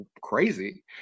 crazy